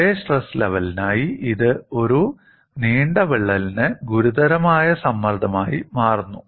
അതേ സ്ട്രെസ് ലെവലിനായി ഇത് ഒരു നീണ്ട വിള്ളലിന് ഗുരുതരമായ സമ്മർദ്ദമായി മാറുന്നു